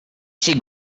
she